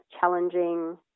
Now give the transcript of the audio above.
challenging